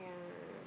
yeah